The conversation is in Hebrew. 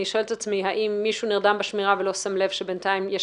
אני שואלת את עצמי האם מישהו נרדם בשמירה ולא שם לב שבינתיים יש